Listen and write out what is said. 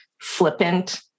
flippant